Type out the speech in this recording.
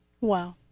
Wow